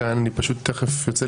סופר.